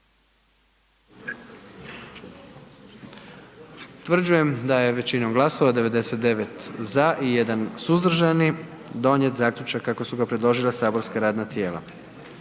Utvrđujem da je većinom glasova 99 za i 1 suzdržani donijet zaključak kako su ga predložila saborska radna tijela.